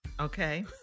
okay